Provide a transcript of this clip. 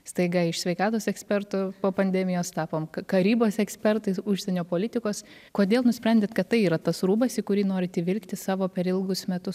staiga iš sveikatos ekspertų po pandemijos tapom karybos ekspertais užsienio politikos kodėl nusprendėt kad tai yra tas rūbas į kurį norit įvilkti savo per ilgus metus